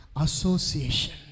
association